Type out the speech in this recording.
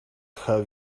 have